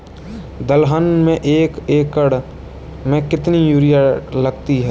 दलहन में एक एकण में कितनी यूरिया लगती है?